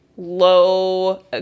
low